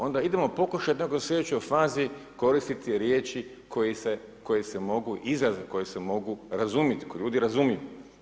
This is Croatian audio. Onda idemo pokušat u nekoj sljedećoj fazi koristiti riječi koje se mogu, izraze koji se mogu razumjet, koje ljudi razumiju.